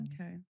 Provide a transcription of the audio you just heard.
Okay